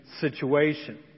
situation